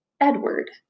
Edward